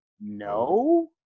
No